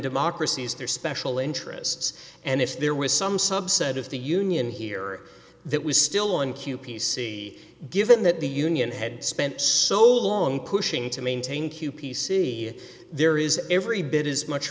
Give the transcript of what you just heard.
democracies there are special interests and if there was some subset of the union here that was still in q p c given that the union had spent so long pushing to maintain q p c there is every bit as much